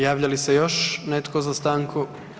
Javlja li se još netko za stanku?